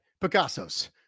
Picasso's